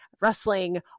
wrestling